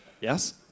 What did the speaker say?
Yes